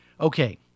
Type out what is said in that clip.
okay